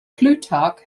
plutarch